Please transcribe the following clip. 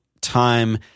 time